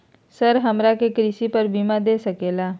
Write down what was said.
Sir हमरा के कृषि पर बीमा दे सके ला?